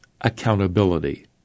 accountability